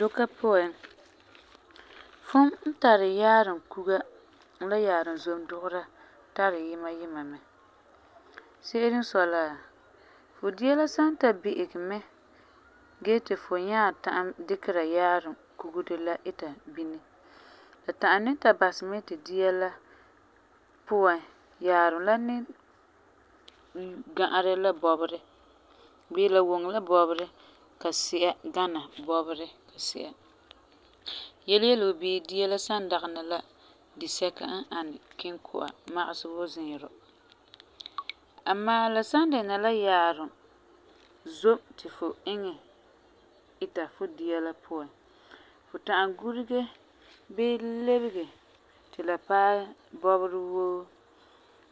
Duka puan, fum n tari yaarum kuga la yaarum zom dugera tari yima yima mɛ. Se'ere n sɔi la, fu dia la san ta bi'igɛ mɛ gee ti fu nyaa ta'am dikera yaarum kugere la ita bini, la ta'am ni ta basɛ mɛ ti dia la puan la yaarum la ni gãarɛ la bɔberɛ bii la wuŋɛ la bɔberɛ ka si'a gana bɔberɛ ka si'a yele yele wuu dia la san dagena disɛka n ani kinku'a magesɛ wuu ziirɔ. Amaa, la san dɛna la yaarum zom ti fu iŋɛ ita fu dia la puan, fu ta'am gurege bii lebege ti la paɛ bɔberɛ woo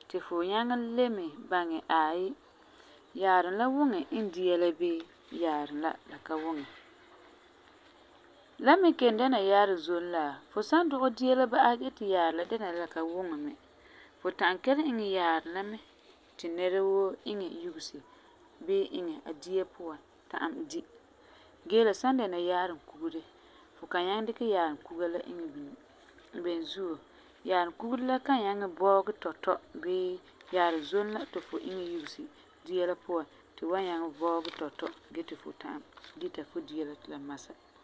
ti fu nyaŋɛ leme baŋɛ aai, yaarum la wuŋɛ n dia la bii yaarum la, la ka wuŋɛ. La me n kelum dɛna yaarum zom la, fu san dugɛ dia la ba'asɛ gee ti yaarum la ta dɛna la la ka wuŋɛ mɛ, fu ta'am kelum iŋɛ yaarum la mɛ ti nɛra woo iŋɛ yugese bii iŋɛ a dia puan ta'am di. Gee, la san dɛna yaarum kugere fu kan nyaŋɛ dikɛ yaarum kuga la iŋɛ bini. Beni zuo, yaarum kugere la kan nyaŋɛ bɔɔgɛ tɔtɔ bii yaarum zom la ti fu iŋɛ yugese dia la puan ti bu wan nyaŋɛ bɔɛ tɔtɔ ti fu wan nyaŋɛ dita fu dia la ti la masa.